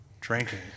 drinking